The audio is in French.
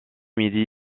midi